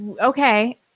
okay